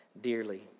Dearly